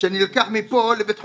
שנלקח מפה לבית חולים,